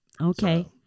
Okay